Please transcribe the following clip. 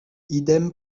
idem